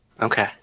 Okay